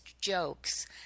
jokes